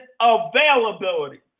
availability